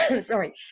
sorry